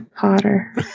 Potter